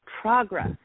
progress